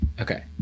okay